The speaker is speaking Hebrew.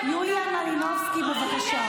מה חשבו?